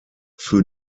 für